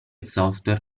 software